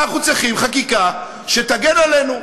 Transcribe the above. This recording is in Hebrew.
אנחנו צריכים חקיקה שתגן עלינו,